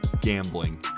gambling